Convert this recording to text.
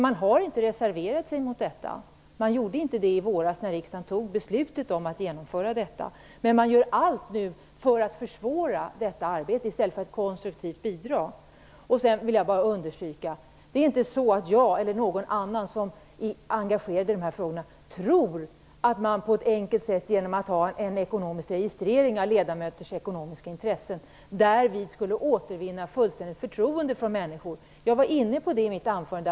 Man reserverade sig inte mot förslaget i våras när riksdagen fattade beslut om genomföra det, men man gör nu allt för att försvåra detta arbete i stället för att konstruktivt bidra. Jag vill understyrka att det inte är så att jag eller någon annan som är engagerad i dessa frågor tror att man på ett enkelt sätt genom att ha en ekonomisk registrering av ledamöters ekonomiska intressen därmed skulle återvinna fullständigt förtroende från människor. Jag berörde det i mitt anförande.